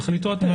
תחליטו אתם.